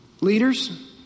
Leaders